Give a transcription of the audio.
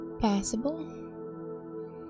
possible